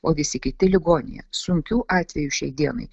o visi kiti ligoninėje sunkių atvejų šiai dienai